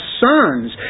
sons